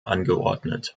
angeordnet